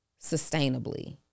sustainably